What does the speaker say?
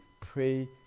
pray